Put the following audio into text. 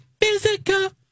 physical